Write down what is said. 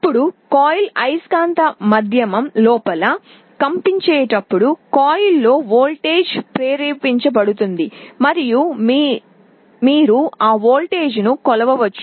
ఇప్పుడు కాయిల్ అయస్కాంత మాధ్యమం లోపల కంపించేటప్పుడు కాయిల్లో వోల్టేజ్ ప్రేరేపించబడుతుంది మరియు మీరు ఆ వోల్టేజ్ను కొలవవచ్చు